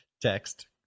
text